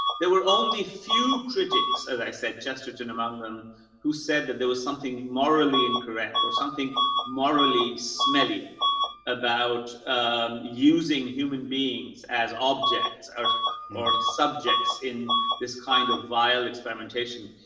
there were only few critics, as i said, gesture and among them who said that there was something morally incorrect or something morally smelly about using human beings as objects are more subjects in this kind of viral experimentation.